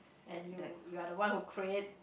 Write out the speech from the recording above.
and you you are the one who create